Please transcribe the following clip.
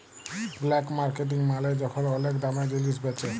black marketing মালে যখল ওলেক দামে জিলিস বেঁচে